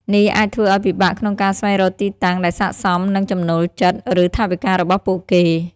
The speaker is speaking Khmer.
នេះអាចធ្វើឲ្យពិបាកក្នុងការស្វែងរកទីតាំងដែលស័ក្តិសមនឹងចំណូលចិត្ត ឬថវិការបស់ពួកគេ។